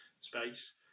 space